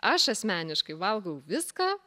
aš asmeniškai valgau viską